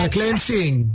Cleansing